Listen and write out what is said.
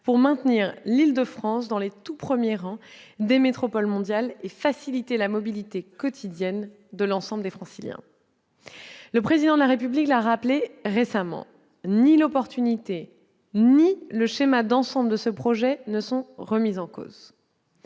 pour maintenir l'Île-de-France dans les tout premiers rangs des métropoles mondiales et faciliter la mobilité quotidienne de l'ensemble des Franciliens. Le Président de la République l'a rappelé récemment : ni l'opportunité ni le schéma d'ensemble de ce projet ne sont remis en cause.